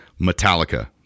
metallica